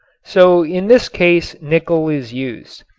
so in this case nickel is used.